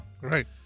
Right